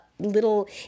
Little